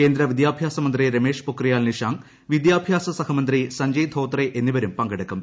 കേന്ദ്ര വിദ്യാഭ്യാസ മന്ത്രി രമേശ് പൊഖ്രിയാൽ നിഷാങ്ക് വിദ്യാഭ്യാസ സഹമന്ത്രി സഞ്ജയ് ധോത്രെ എന്നിവരും പങ്കെടുക്കും